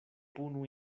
punu